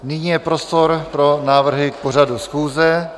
Nyní je prostor pro návrhy k pořadu schůze.